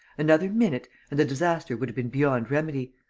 another minute. and the disaster would have been beyond remedy.